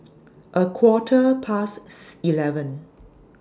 A Quarter pasts eleven